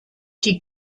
die